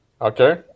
Okay